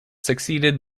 succeeded